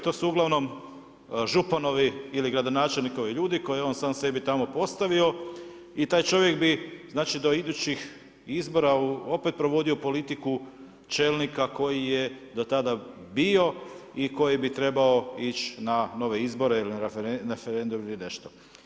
To su ugl. županovi ili gradonačelnikovi ljudi, koje je on sam sebi tamo postavio i taj čovjek bi, znači do idućih izbora opet provodio politiku čelnika koji je do tada bio i koji bi trebao ići na nove izbore ili na referendum ili nešto.